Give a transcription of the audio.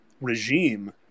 regime